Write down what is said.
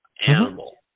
animal